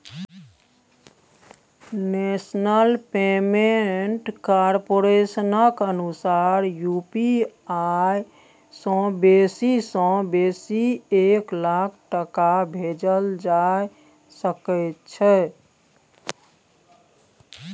national payment कारपोरेशनक अनुसार UPI सँ बेसी सँ बेसी एक लाख टका भेजल जा सकै छै